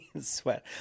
sweat